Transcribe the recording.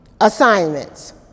assignments